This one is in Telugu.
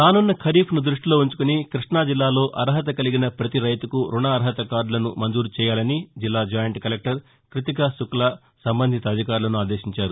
రానున్న ఖరీఫ్ను దృష్టిలో ఉంచుకుని కృష్ణా జిల్లాలో అర్హత కలిగిన పతి రైతుకు రుణ అర్హత కార్దులను మంజూరు చేయాలని జిల్లా జాయింట్ కలెక్టర్ క్రితికా శుక్లా సంబంధిత అధికారులను ఆదేశించారు